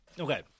Okay